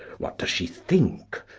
what can she think